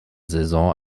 saison